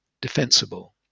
defensible